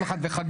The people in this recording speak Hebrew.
כל אחד וחגיו.